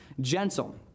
gentle